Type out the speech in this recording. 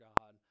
God